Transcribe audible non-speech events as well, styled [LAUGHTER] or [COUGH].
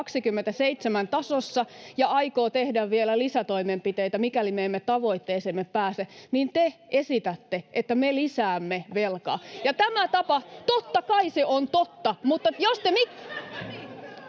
27 tasossa ja aikoo tehdä vielä lisätoimenpiteitä, mikäli me emme tavoitteeseemme pääse, ja te esitätte, että me lisäämme velkaa. Tämä tapa... [NOISE]